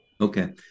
okay